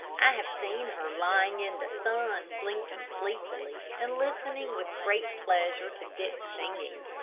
i have seen her lying in the sun, blinking sleepily, and listening with great pleasure to dick's singing.